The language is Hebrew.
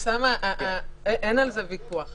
אין על זה ויכוח.